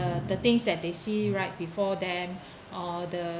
uh the things that they see right before them or the